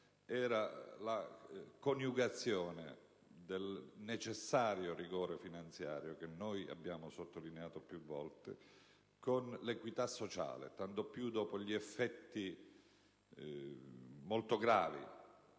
era la coniugazione del necessario rigore finanziario, che abbiamo sottolineato più volte, con l'equità sociale, tanto più dopo gli effetti molto gravi